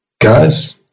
Guys